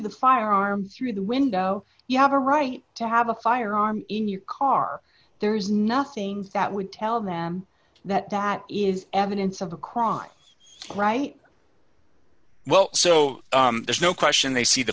the firearms through the window you have a right to have a firearm in your car there is nothing that would tell them that that is evidence of a crime right well so there's no question they see the